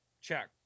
check